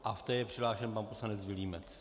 V té je přihlášen pan poslanec Vilímec.